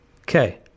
okay